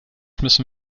müssen